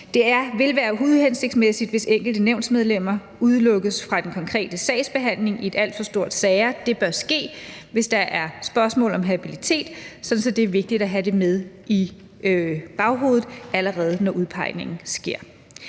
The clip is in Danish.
Det vil være uhensigtsmæssigt, hvis enkelte nævnsmedlemmer udelukkes fra den konkrete sagsbehandling i et alt for stort antal sager. Det bør ske, hvis der er spørgsmål om habilitet, så det er vigtigt at have det med i baghovedet, allerede når udpegningen sker.